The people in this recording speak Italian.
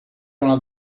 una